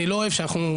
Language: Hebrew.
אני לא אוהב שאנחנו,